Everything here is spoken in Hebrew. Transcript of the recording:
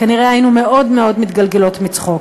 כנראה היינו מאוד מאוד מתגלגלות מצחוק.